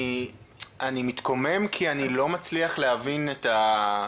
אני מתקומם כי אני לא מצליח להבין את הגישה,